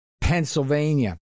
Pennsylvania